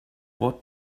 what